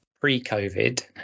pre-COVID